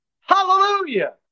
Hallelujah